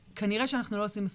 וכנראה שאנחנו לא עושים מספיק.